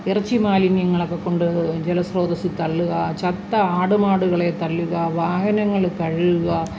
ഇറച്ചി മാലിന്യങ്ങളൊക്ക കൊണ്ട് ജലസ്രോതസ്സിൽ തള്ളുക ചത്ത ആടുമാടുകളെ തള്ളുക വാഹനങ്ങൾ കഴുകുക